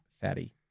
fatty